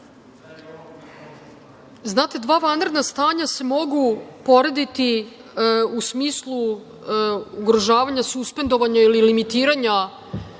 Znate, dva vanredna stanja se mogu porediti u smislu ugrožavanja, suspendovanja ili limitiranja